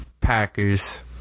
Packers